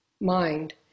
mind